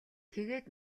тэгээд